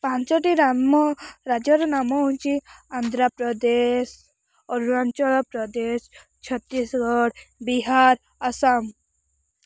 ପାଞ୍ଚଟି ରାମ ରାଜ୍ୟର ନାମ ହେଉଛି ଆନ୍ଧ୍ର ପ୍ରଦେଶ ଅରୁଣାଞ୍ଚଳ ପ୍ରଦେଶ ଛତିଶଗଡ଼ ବିହାର ଆସାମ